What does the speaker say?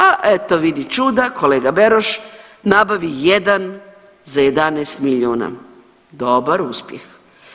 A eto vidi čuda kolega Beroš nabavi jedan za 11 milijuna, dobar uspjeh.